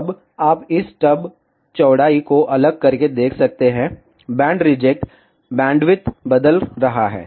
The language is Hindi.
अब आप इस स्टब चौड़ाई को अलग करके देख सकते हैं बैंड रिजेक्ट बैंडविड्थ बदल रहा है